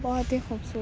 بہت ہی خوبصورت